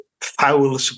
Foul